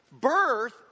birth